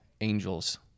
angels